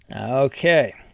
Okay